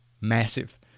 massive